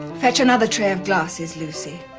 fetch another tray of glasses, lucy.